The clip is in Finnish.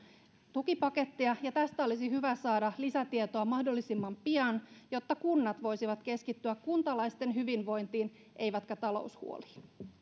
tukipakettia ja tästä olisi hyvä saada lisätietoa mahdollisimman pian jotta kunnat voisivat keskittyä kuntalaisten hyvinvointiin eivätkä taloushuoliin